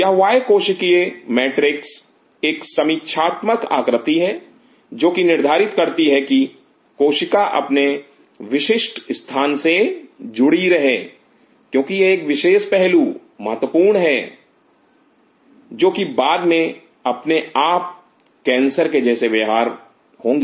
यह बाह्य कोशिकीय मैट्रिक्स एक समीक्षात्मक आकृति है जो कि निर्धारित करती हैं कि कोशिका अपने विशिष्ट स्थान से जुड़ी रहे क्योंकि यह विशेष पहलू बहुत महत्वपूर्ण है जो कि बाद में अपने आप कैंसर के जैसे व्यवहारिक होंगी